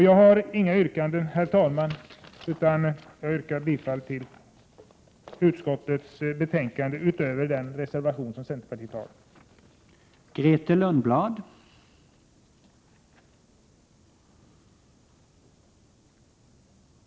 Jag har inget annat yrkande än om bifall till utskottets hemställan, förutom bifall till den reservation där centerpartiet medverkar.